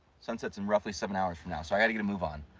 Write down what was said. sun sets in roughly seven hours from now so i gotta get a move on.